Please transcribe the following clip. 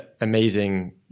amazing